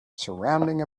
surrounding